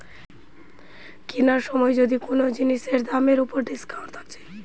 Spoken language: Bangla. কিনার সময় যদি কুনো জিনিসের দামের উপর ডিসকাউন্ট থাকছে